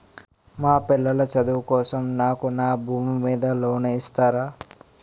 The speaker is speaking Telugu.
మా పిల్లల చదువు కోసం నాకు నా భూమి మీద లోన్ ఇస్తారా?